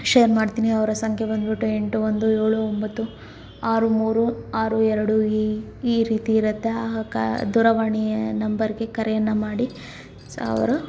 share ಮಾಡ್ತೀನಿ ಅವರ ಸಂಖ್ಯೆ ಬಂದ್ಬಿಟ್ಟು ಎಂಟು ಒಂದು ಏಳು ಒಂಬತ್ತು ಆರು ಮೂರು ಆರು ಎರಡು ಈ ಈ ರೀತಿ ಇರತ್ತೆ ದೂರವಾಣಿಯ ನಂಬರ್ಗೆ ಕರೆಯನ್ನು ಮಾಡಿ ಸೊ ಅವರು